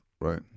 right